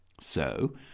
So